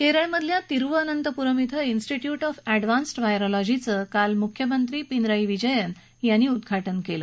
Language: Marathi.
केरळमधल्या तिरुवअनंतपूरम इथं इन्स्टिट्यूट ऑफ एडव्हान्स्ड व्हायरॉलॉजीचं काल मुख्यमंत्री पिनराई विजयन यांनी उद्घाटन केलं